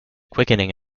quickening